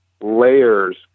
layers